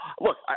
Look